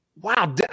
wow